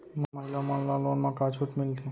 महिला मन ला लोन मा का छूट मिलथे?